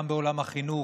גם בעולם החינוך,